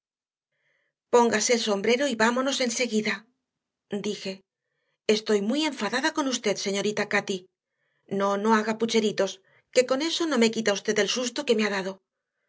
póngase el sombrero y vámonos enseguida dije estoy muy enfadada con usted señorita cati no no haga pucheritos que con eso no me quita usted el susto que me ha dado